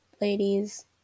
ladies